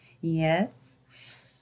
Yes